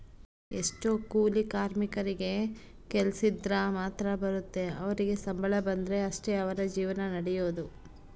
ಎಷ್ಟೊ ಕೂಲಿ ಕಾರ್ಮಿಕರಿಗೆ ಕೆಲ್ಸಿದ್ರ ಮಾತ್ರ ಬರುತ್ತೆ ಅವರಿಗೆ ಸಂಬಳ ಬಂದ್ರೆ ಅಷ್ಟೇ ಅವರ ಜೀವನ ನಡಿಯೊದು